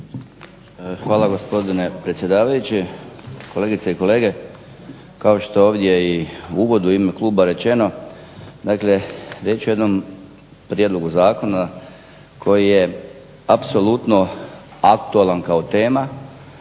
Hvala gospodine predsjedavajući, kolegice i kolege. Kao što je ovdje u uvodu i u ime kluba rečeno dakle riječ je o jednom prijedlogu zakona koji je apsolutno aktualan kao tema